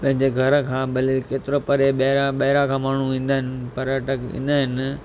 पंहिंजे घर खां भले केतिरो परे ॿाहिरां ॿाहिरां खां माण्हू ईंदा आहिनि पर्यटक ईंदा आहिनि